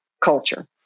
culture